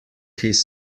his